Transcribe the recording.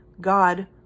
God